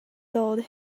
told